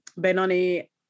Benoni